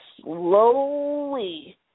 slowly